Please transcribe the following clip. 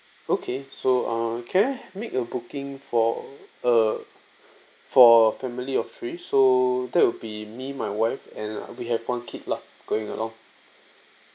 okay so uh can I make a booking for a for a family of three so that will be me my wife and we have one kid lah going along